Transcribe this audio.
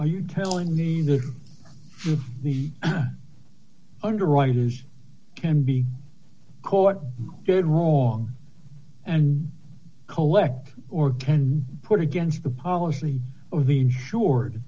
are you telling me that the underwriters can be caught dead wrong and collect or can put against the policy of the insured